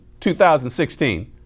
2016